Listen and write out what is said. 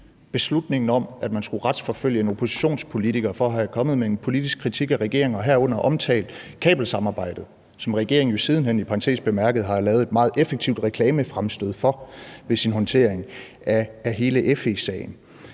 beslutningen om, at man skulle retsforfølge en oppositionspolitiker for at være kommet med en politisk kritik af regeringen og herunder omtalt kabelsamarbejdet, som regeringen jo siden hen – i parentes bemærket – har lavet et meget effektivt reklamefremstød for ved sin håndtering af hele FE-sagen.